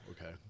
Okay